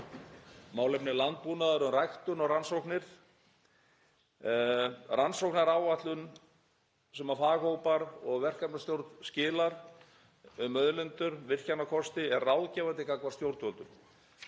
málefni landbúnaðar um ræktun og rannsóknir? Rannsóknaráætlun sem faghópar og verkefnisstjórn skilar um auðlindir og virkjunarkosti er ráðgefandi gagnvart stjórnvöldum.